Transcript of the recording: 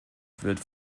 wird